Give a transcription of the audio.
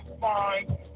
fine